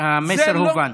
המסר הובן.